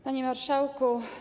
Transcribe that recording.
Panie Marszałku!